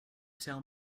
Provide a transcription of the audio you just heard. tell